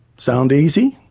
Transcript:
sound easy?